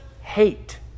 hate